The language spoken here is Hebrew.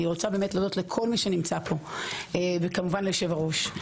אני רוצה להודות לכל מי שנמצא פה וכמובן ליושב-ראש.